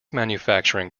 manufacturing